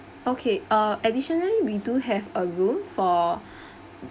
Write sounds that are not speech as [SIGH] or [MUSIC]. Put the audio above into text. okay uh additionally we do have a room for [BREATH]